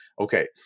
Okay